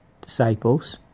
disciples